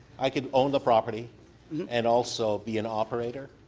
i could own the property and also be an operator.